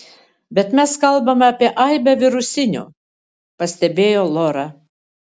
bet mes kalbame apie aibę virusinių pastebėjo lora